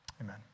Amen